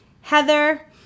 Heather